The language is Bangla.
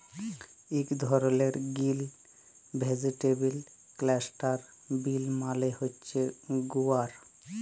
ইক ধরলের গ্রিল ভেজিটেবল ক্লাস্টার বিল মালে হছে গুয়ার